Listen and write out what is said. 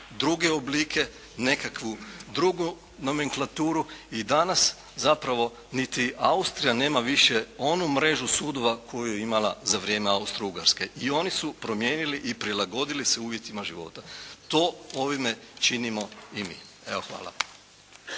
druge oblike, nekakvu drugu nomenklaturu i danas zapravo niti Austrija nema više onu mrežu sudova koju je imala za vrijeme austrougarske i oni su promijenili i prilagodili se uvjetima života. To ovime činimo i mi. Evo, hvala.